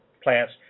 plants